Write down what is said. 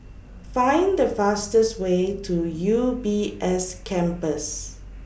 Find The fastest Way to U B S Campus